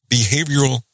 behavioral